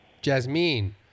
Jasmine